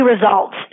results